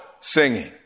singing